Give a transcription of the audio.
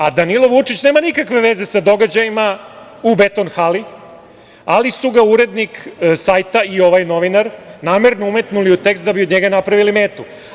A Danilo Vučić nema nikakve veze sa događajima u "Beton hali", ali su ga urednik sajta i ovaj novinar namerno umetnuli u tekst da bi od njega napravili metu.